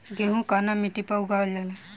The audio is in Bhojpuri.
गेहूं कवना मिट्टी पर उगावल जाला?